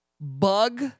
Bug